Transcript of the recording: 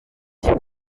com